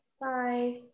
Bye